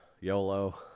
YOLO